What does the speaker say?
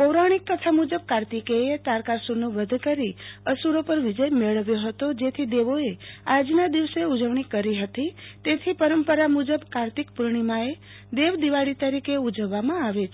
પોરાણિક કથામુજબ કાર્તિકેયએ તારકાસુરનો વધ કરી અસુરો પર વિજય મેળવ્યો ફતો જેથી દેવોએ આજના દિવસે ઉજવણી કરી ફતી જેથી પરંપરા મુજબ કાર્તિક પૂર્ણિમાએ દેવ દિવાળી તરીકે ઉજવવામાં આવે છે